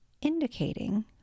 indicating